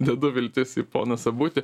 dedu viltis į poną sabutį